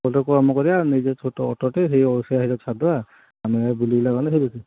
ଗୋଟେ କାମ କରିବା ନେଇଯିବା ଛୋଟ ଅଟୋଟେ ସେଇ ରୋଷେଇଆ ସେଥିରେ ଛାଡ଼ି ଦେବା ଆମେ ବୁଲିବୁଲା ଗଲେ